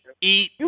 eat